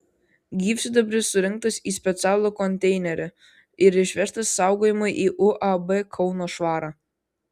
gyvsidabris surinktas į specialų konteinerį ir išvežtas saugojimui į uab kauno švara